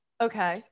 Okay